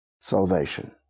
salvation